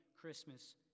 Christmas